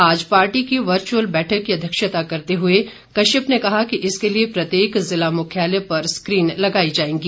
आज पार्टी की वर्चुअल बैठक की अध्यक्षता करते हुए कश्यप ने कहा कि इसके लिए प्रत्येक जिला मुख्यालय पर स्कीन लगाई जाएंगी